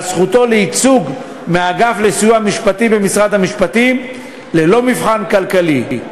זכותו לייצוג מהאגף לסיוע משפטי במשרד המשפטים ללא מבחן כלכלי.